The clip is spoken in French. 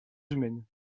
humaines